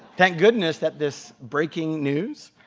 thank goodness that this breaking news